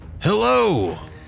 hello